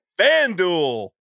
FanDuel